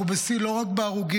אנחנו בשיא לא רק בהרוגים,